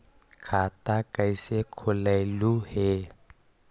खाता कैसे खोलैलहू हे?